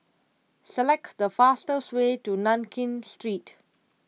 select the fastest way to Nankin Street